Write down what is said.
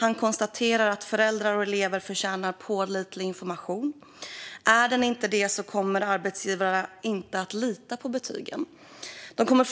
Han konstaterar att föräldrar och elever förtjänar pålitlig information. Om den inte är det kommer arbetsgivarna inte att lita på betygen. De kommer